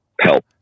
help